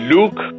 Luke